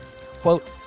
Quote